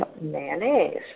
mayonnaise